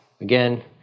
Again